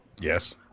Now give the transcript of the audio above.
Yes